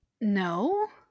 No